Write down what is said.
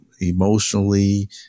emotionally